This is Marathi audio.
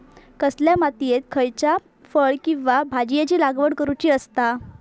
कसल्या मातीयेत खयच्या फळ किंवा भाजीयेंची लागवड करुची असता?